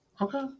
okay